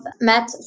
met